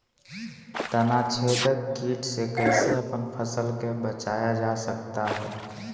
तनाछेदक किट से कैसे अपन फसल के बचाया जा सकता हैं?